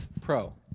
Pro